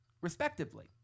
respectively